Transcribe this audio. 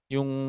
Yung